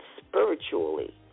spiritually